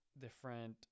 Different